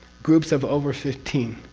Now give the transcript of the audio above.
groups of over fifteen,